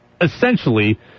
essentially